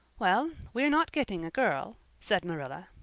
well, we're not getting a girl, said marilla,